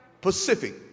Pacific